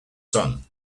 son